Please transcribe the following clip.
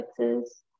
Texas